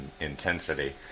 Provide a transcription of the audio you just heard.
intensity